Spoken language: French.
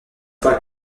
fois